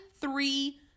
three